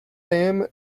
sam